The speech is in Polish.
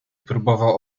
próbował